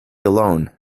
alone